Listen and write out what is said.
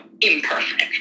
imperfect